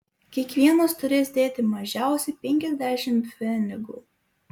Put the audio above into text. kiekvienas turės dėti mažiausiai penkiasdešimt pfenigų